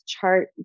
chart